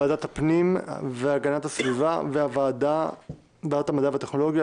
ועדת הפנים והגנת הסביבה וועדת המדע והטכנולוגיה,